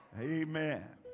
amen